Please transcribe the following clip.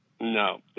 no